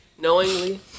Knowingly